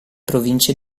province